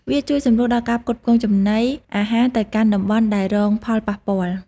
វាជួយសម្រួលដល់ការផ្គត់ផ្គង់ចំណីអាហារទៅកាន់តំបន់ដែលរងផលប៉ះពាល់។